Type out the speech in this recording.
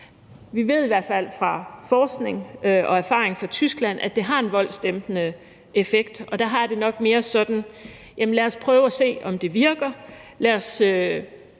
Vi ved i hvert fald fra forskning og fra erfaringer i Tyskland, at det har en voldsdæmpende effekt, og der har jeg det nok mere sådan: Jamen lad os prøve at se, om det virker; lad os